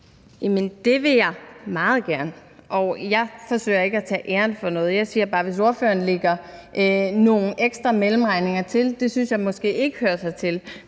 Det vil jeg meget gerne, og jeg forsøger ikke at tage æren for noget. Jeg siger bare, at hvis ordføreren lægger nogle ekstra mellemregninger til, synes jeg måske ikke, det hører sig til.